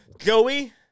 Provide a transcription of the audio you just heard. Joey